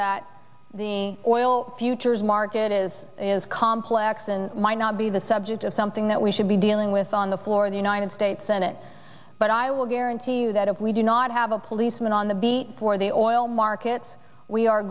that the oil futures market is as complex and might not be the subject of something that we should be dealing with on the floor of the united states senate but i will guarantee you that if we do not have a policeman on the beat for the oil markets we are